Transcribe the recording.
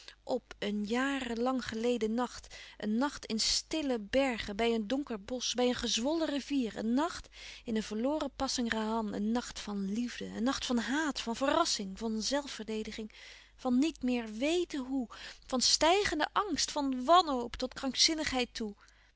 p een jarenlang geleden nacht een nacht in stille bergen bij een donker bosch bij een gezwollen rivier een nacht in een verloren pasangrahan een nacht van liefde een nacht van haat van verrassing van zelfverdediging van niet meer weten hoe van stijgenden angst van wanhoop tot krankzinnigheid toe